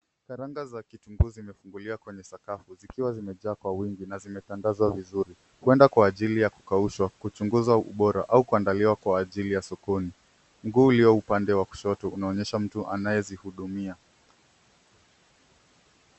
Karanga za kitunguu zimefunguliwa kwenye sakafu zikiwa zimejaa kwa wingi na zimetandazwa vizuri. Kwenda kwa ajili ya kukaushwa, kuchunguza ubora au kuandaliwa kwa ajili ya sokoni. Mguu ulio upande wa kushoto unaonyesha mtu anayezihudumia.